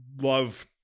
love